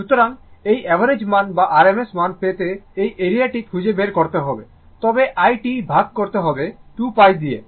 সুতরাং এই অ্যাভারেজ মান বা RMS মান পেতে এই এরিয়া টি খুঁজে বের করতে হবে তবে iT ভাগ করতে হবে 2π দিয়ে